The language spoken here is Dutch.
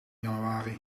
januari